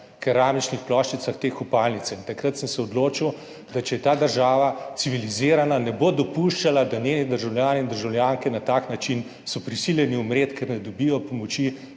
keramičnih ploščicah te kopalnice. Takrat sem se odločil, da če je ta država civilizirana, ne bo dopuščala, da so njeni državljani in državljanke na tak način prisiljeni umreti, ker ne dobijo pomoči